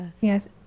yes